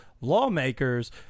lawmakers